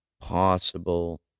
possible